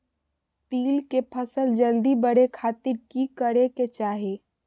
तिल के फसल जल्दी बड़े खातिर की करे के चाही?